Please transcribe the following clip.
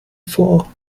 vor